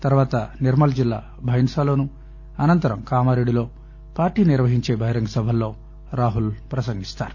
తర్వాత నిర్మల్ జిల్లా బైంసాలోనూ అనంతరం కామారెడ్డిలో పార్టీ నిర్వహించే బహిరంగ సభల్లో రాహుల్ ప్రసంగిస్తారు